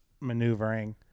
maneuvering